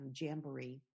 Jamboree